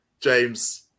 James